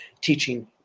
teaching